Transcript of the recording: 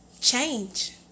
change